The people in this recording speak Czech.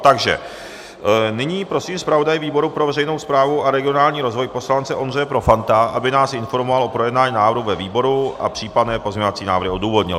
Takže nyní prosím zpravodaje výboru pro veřejnou správu a regionální rozvoj poslance Ondřeje Profanta, aby nás informoval o projednání návrhu ve výboru a případné pozměňovací návrhy odůvodnil.